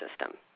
system